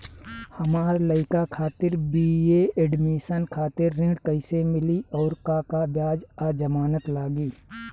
हमार लइका खातिर बी.ए एडमिशन खातिर ऋण कइसे मिली और का का कागज आ जमानत लागी?